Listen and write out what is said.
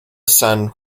san